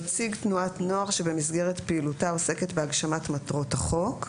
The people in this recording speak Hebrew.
(5)נציג תנועת נוער שבמסגרת פעילותה עוסקת בהגשמת מטרות החוק,